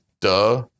Duh